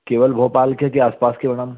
केवल भोपाल के ही आस पास के मैडम